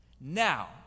Now